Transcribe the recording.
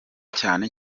cyane